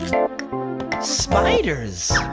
spiders!